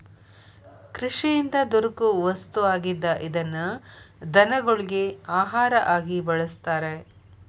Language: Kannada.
ಕೃಷಿಯಿಂದ ದೊರಕು ವಸ್ತು ಆಗಿದ್ದ ಇದನ್ನ ದನಗೊಳಗಿ ಆಹಾರಾ ಆಗಿ ಬಳಸ್ತಾರ